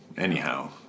Anyhow